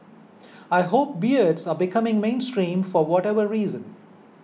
I hope beards are becoming mainstream for whatever reason